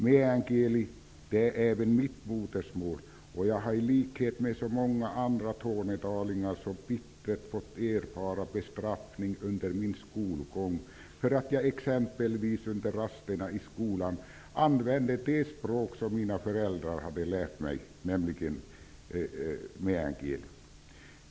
Meän kieli är också mitt modersmål, och jag har i likhet med många andra tornedalingar under min skolgång bittert fått ta emot bestraffning för att jag exempelvis under rasterna i skolan använde det språk som mina föräldrar hade lärt mig.